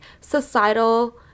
societal